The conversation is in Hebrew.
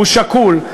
הוא שקול.